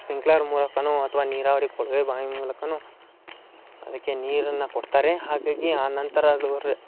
sprinkler ಮೂಲಕವೂ ಅಥ್ವಾ ನೀರಾವರಿ ಕೊಳವೆ ಬಾವಿ ಮೂಲಕವೂ ಅದಕ್ಕೆ ನೀರನ್ನು ಕೊಡ್ತಾರೆ ಹಾಗಾಗಿ ಆನಂತರ ಅದು ರ